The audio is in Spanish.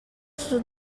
sus